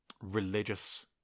religious